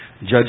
Judge